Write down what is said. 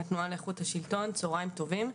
צוהריים טובים.